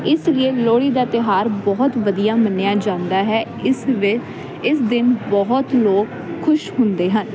ਇਸ ਲੀਏ ਲੋਹੜੀ ਦਾ ਤਿਉਹਾਰ ਬਹੁਤ ਵਧੀਆ ਮੰਨਿਆ ਜਾਂਦਾ ਹੈ ਇਸ ਵੇ ਦਿਨ ਬਹੁਤ ਲੋਕ ਖੁਸ਼ ਹੁੰਦੇ ਹਨ